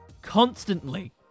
constantly